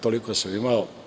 Toliko sam imao.